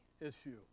issue